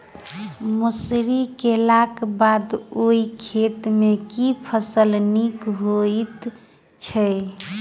मसूरी केलाक बाद ओई खेत मे केँ फसल नीक होइत छै?